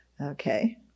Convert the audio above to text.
Okay